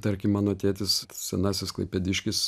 tarkim mano tėtis senasis klaipėdiškis